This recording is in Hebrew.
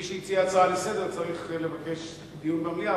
מי שהציע הצעה לסדר-היום צריך לבקש דיון במליאה,